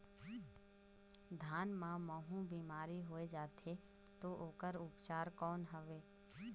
धान मां महू बीमारी होय जाथे तो ओकर उपचार कौन हवे?